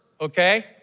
okay